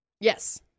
Yes